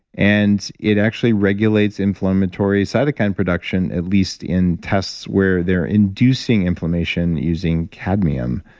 and it actually regulates inflammatory cytokine production, at least in tests where they're inducing inflammation, using cadmium.